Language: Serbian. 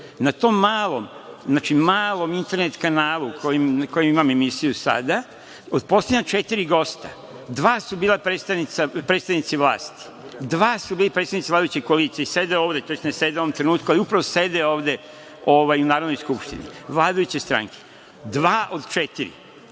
znači, malom internet kanalu na kojem imam emisiju sada, od poslednja četiri gosta dva su bila predstavnici vlasti, dva su bili predsednici vladajuće koalicije i sede ovde, tj. ne sede u ovom trenutku, ali upravo sede ovde u Narodnoj skupštini vladajuće stranke, dva od četiri.